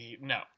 no